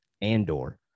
andor